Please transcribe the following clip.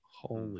holy